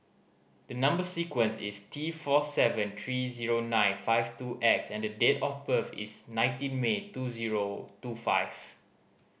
the number sequence is T four seven three zero nine five two X and the date of birth is nineteen May two zero two five